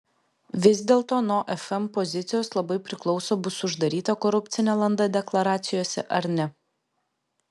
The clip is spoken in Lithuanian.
vis dėlto nuo fm pozicijos labai priklauso bus uždaryta korupcinė landa deklaracijose ar ne